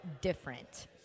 different